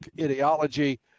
ideology